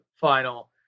final